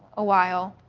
a while,